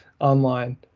online